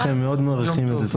תודה רבה לכם, מאוד מעריכים את זה.